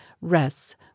rests